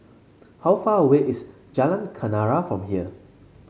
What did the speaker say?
how far away is Jalan Kenarah from here